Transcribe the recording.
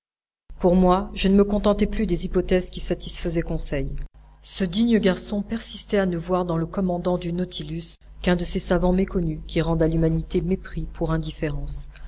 pour moi je ne me contentais plus des hypothèses qui satisfaisaient conseil ce digne garçon persistait à ne voir dans le commandant du nautilus qu'un de ces savants méconnus qui rendent à l'humanité mépris pour indifférence